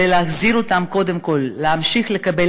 זה להחזיר אותם קודם כול להמשיך לקבל